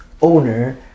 owner